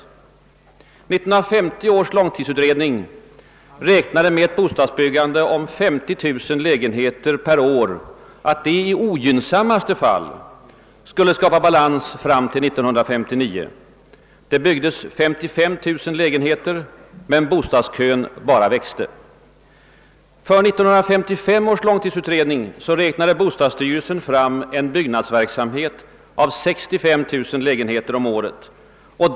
1950 års långtidsutredning räknade med att ett bostadsbyggande om 50 000 lägenheter per år i ogynnsammaste fall skulle skapa balans fram till år 1959. Det byggdes 55 000 lägenheter årligen, men bostadskön bara växte. För 1955 års långtidsutredning räknade bostadsstyrelsen fram ett nybyggande av 65000 lägenheter om året.